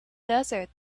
desert